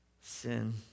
sin